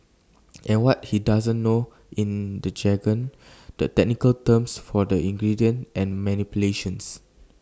and what he doesn't know in the jargon the technical terms for the ingredients and manipulations